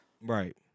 Right